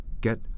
get